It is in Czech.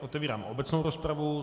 Otevírám obecnou rozpravu.